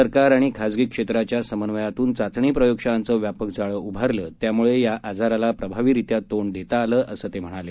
सरकार आणि खासगी क्षेत्राच्या समन्वयातून चाचणी प्रयोगशाळांचं व्यापक जाळं उभारलं त्यामुळे या आजाराला प्रभावीरित्या तोंड देता आलं असं ते म्हणाले